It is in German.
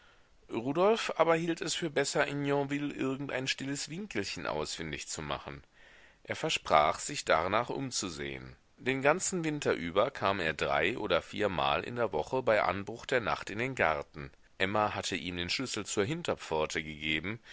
rudolf aber hielt es für besser in yonville irgendein stilles winkelchen ausfindig zu machen er versprach sich darnach umzusehen den ganzen winter über kam er drei oder viermal in der woche bei anbruch der nacht in den garten emma hatte ihm den schlüssel zur hinterpforte gegeben